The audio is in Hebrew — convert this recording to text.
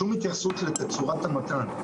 אבל אין שום התייחסות לתצורת המתן.